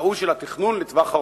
הטעות של התכנון לטווח ארוך.